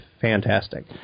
fantastic